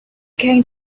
came